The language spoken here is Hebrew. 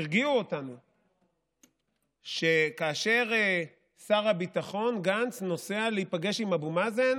הרגיעו אותנו שכאשר שר הביטחון גנץ נוסע להיפגש עם אבו מאזן